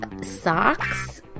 socks